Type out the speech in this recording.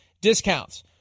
discounts